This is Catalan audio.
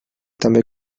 també